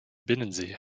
binnensee